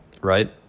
right